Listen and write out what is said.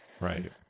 Right